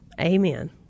amen